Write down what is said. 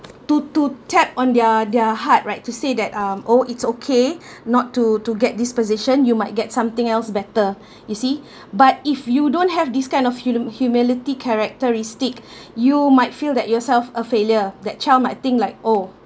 to to tap on their their height right to say that um oh it's okay not to to get this position you might get something else better you see but if you don't have this kind of humu~ humility characteristic you might feel that yourself a failure that child might think like oh